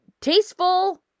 tasteful